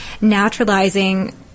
naturalizing